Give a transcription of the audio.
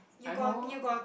I know